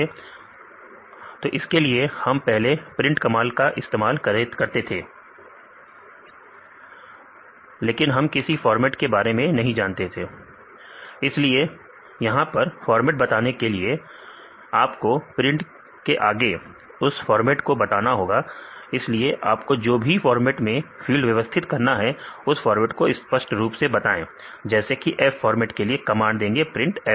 विद्यार्थी प्रिंट तो इसके लिए हम पहले प्रिंट कमांड का इस्तेमाल करते थे लेकिन हम किसी फॉर्मेट के बारे में नहीं बताते थे इसलिए यहां पर फॉर्मेट बताने के लिए आपको प्रिंट के आगे उस फॉर्मेट को बताना होगा इसलिए आपको जो भी फॉर्मेट में फील्ड व्यवस्थित करना है उस फॉर्मेट को स्पष्ट रूप से बताएं जैसे कि f फॉर्मेट के लिए कमांड देंगे प्रिंट f